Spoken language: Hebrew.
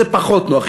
זה פחות נוח.